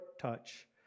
touch